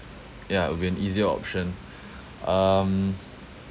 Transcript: yeah would be an easier option um